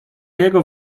jego